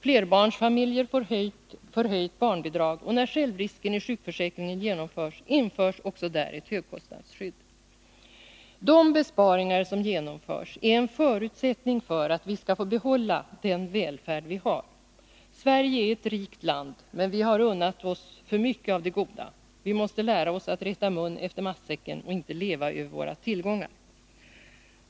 Flerbarnsfamiljer får en höjning av barnbidraget, och när självrisken i sjukförsäkringen genomförs införs också där ett högkostnadsskydd. De besparingar som genomförs är en förutsättning för att vi skall få behålla den välfärd som vi har. Sverige är ett rikt land, men har unnat sig för mycket av det goda. Vi måste lära oss att rätta mun efter matsäcken och inte leva över våra tillgångar.